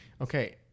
Okay